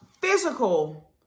physical